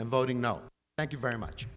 and voting no thank you very much